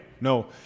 no